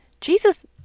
jesus